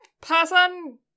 person